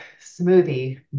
smoothie